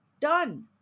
Done